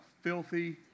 Filthy